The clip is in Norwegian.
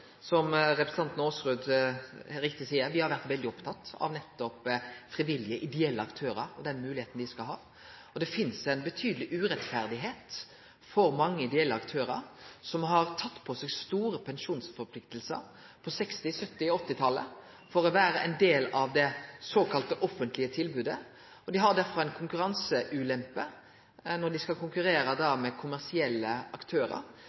som representanten Aasrud seier, at me har vore veldig opptatt av nettopp frivillige, ideelle aktørar og den moglegheita dei skal ha. Ei stor urettferdigheit for mange ideelle aktørar er at dei, for å vere ein del av det såkalla offentlege tilbodet, har tatt på seg store pensjonsforpliktingar på 1960-, 1970- og 1980-talet. Det har ført til ei ulempe når dei skal konkurrere med kommersielle aktørar.